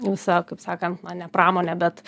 visa kaip sakant na ne pramonė bet